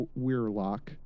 Weirlock